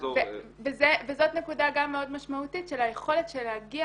וזאת נקודה גם מאוד משמעותית שהיכולת להגיע